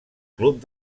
club